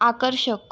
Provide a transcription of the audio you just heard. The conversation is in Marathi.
आकर्षक